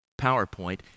PowerPoint